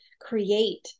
create